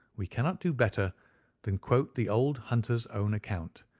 we cannot do better than quote the old hunter's own account,